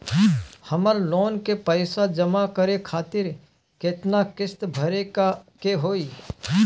हमर लोन के पइसा जमा करे खातिर केतना किस्त भरे के होई?